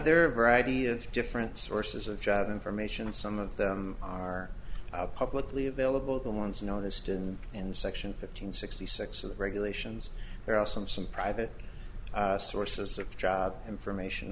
a variety of different sources of job information some of them are publicly available the ones noticed and in the section fifteen sixty six of the regulations there are some some private sources of job information